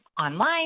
Online